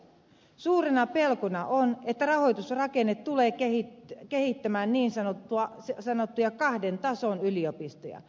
suurena pelkona on että rahoitusrakenne tulee kehittämään niin sanottuja kahden tason yliopistoja